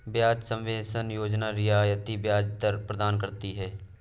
ब्याज सबवेंशन योजना रियायती ब्याज दर प्रदान करती है